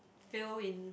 fail in